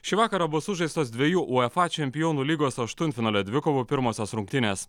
šį vakarą bus sužaistos dvejos uefa čempionų lygos aštuntfinalio dvikovų pirmosios rungtynės